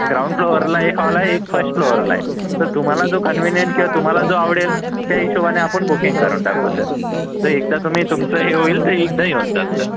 ground फ्लोअरला एक hall आहे एक फर्स्ट फ्लोअरला आहे तर तुम्हाला जो कन्व्हीनियंट किंवा तुम्हाला जो आवडेल त्या हिशोबाने आपण बुकिंग करून टाकू सर तर एकदा तुम्ही तुमचं हे होईल तर एकदा येऊन जाल सर